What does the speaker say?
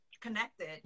connected